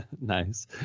Nice